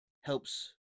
helps